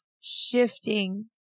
shifting